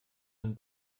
den